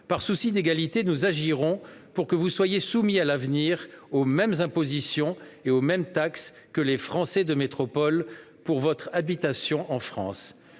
Par souci d'égalité, nous agirons pour que vous soyez soumis à l'avenir aux mêmes impositions et aux mêmes taxes que les Français de métropole pour votre habitation en France.